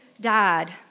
died